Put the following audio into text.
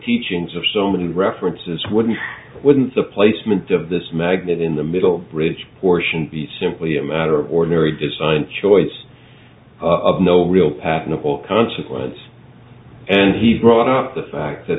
teachings of so many references wouldn't wouldn't the placement of this magnet in the middle ridge portion be simply a matter of ordinary design choice of no real consequence and he brought up the fact